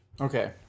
Okay